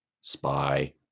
spy